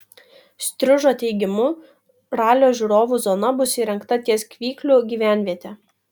striužo teigimu ralio žiūrovų zona bus įrengta ties kvyklių gyvenviete